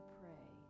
pray